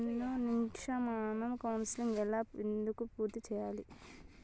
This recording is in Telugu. నేను నిష్క్రమణ కౌన్సెలింగ్ ఎలా ఎందుకు పూర్తి చేయాలి?